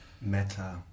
Meta